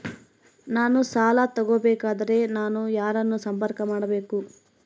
ನಾನು ಸಾಲ ತಗೋಬೇಕಾದರೆ ನಾನು ಯಾರನ್ನು ಸಂಪರ್ಕ ಮಾಡಬೇಕು?